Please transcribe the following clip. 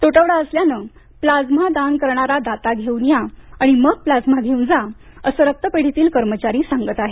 तुटवडा असल्याने प्लाझ्मा दान करणारा दाता घेऊन या आणि मग प्लाझ्मा घेऊन जा असे रक्तपेढीतील कर्मचारी सांगत आहेत